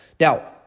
Now